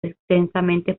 extensamente